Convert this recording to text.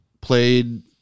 Played